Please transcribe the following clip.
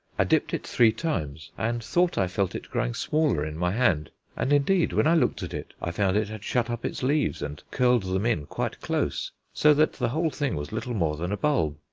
i dipped it three times and thought i felt it growing smaller in my hand and indeed when i looked at it i found it had shut up its leaves and curled them in quite close, so that the whole thing was little more than a bulb.